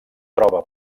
troba